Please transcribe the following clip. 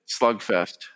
Slugfest